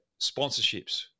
sponsorships